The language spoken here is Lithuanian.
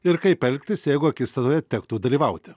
ir kaip elgtis jeigu akistatoje tektų dalyvauti